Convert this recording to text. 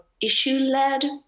issue-led